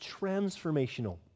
transformational